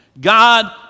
God